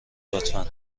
لطفا